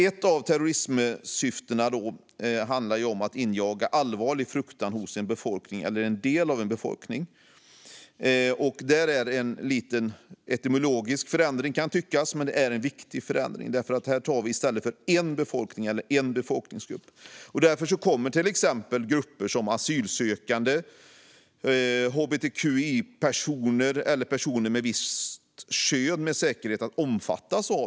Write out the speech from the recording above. Ett av terrorismsyftena ändras till att vara att injaga allvarlig fruktan hos en befolkning eller en del av en befolkning i stället för en befolkning eller en befolkningsgrupp. Därigenom kommer till exempel grupper som asylsökande, hbtqi-personer eller personer av ett visst kön med säkerhet att omfattas.